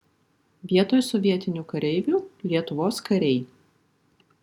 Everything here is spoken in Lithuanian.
vietoj sovietinių kareivių lietuvos kariai